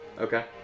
Okay